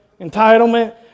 Entitlement